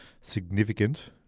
significant